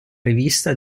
rivista